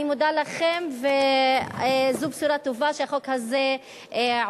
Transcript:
אני מודה לכם, וזו בשורה טובה שהחוק הזה עולה.